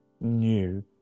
new